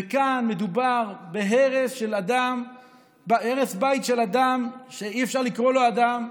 כאן מדובר בהרס בית של אדם שאי-אפשר לקרוא לו אדם,